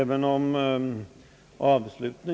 Herr talman!